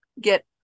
get